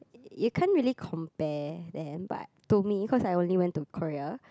you can't really compare them but to me cause I only went to Korea